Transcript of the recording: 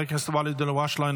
חבר הכנסת ואליד אלהואשלה,